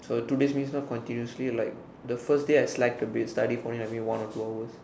so two days means not continuously like the first day I slide to bed studying for I think maybe one or two hours